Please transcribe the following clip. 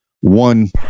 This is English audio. one